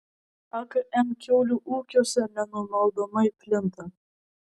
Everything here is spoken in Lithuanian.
akm kiaulių ūkiuose nenumaldomai plinta